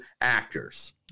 actors